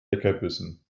leckerbissen